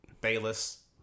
Bayless